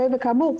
כאמור,